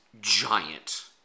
giant